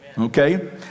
Okay